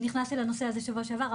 נכנסתי לנושא הזה בשבוע שעבר,